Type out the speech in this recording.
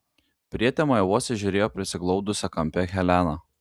prietemoje vos įžiūrėjo prisiglaudusią kampe heleną